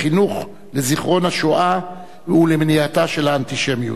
בחינוך לזיכרון השואה ולמניעתה של האנטישמיות.